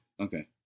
Okay